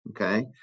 Okay